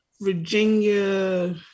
Virginia